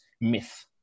myth